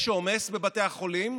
יש עומס בבתי החולים,